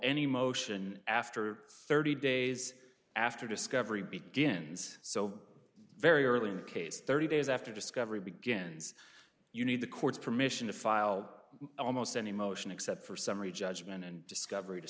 any motion after thirty days after discovery begins so very early in the case thirty days after discovery begins you need the court's permission to file almost any motion except for summary judgment and discovery